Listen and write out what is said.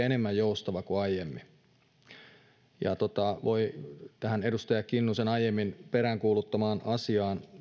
enemmän joustava kuin aiemmin tähän edustaja kinnusen aiemmin peräänkuuluttamaan asiaan